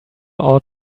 ought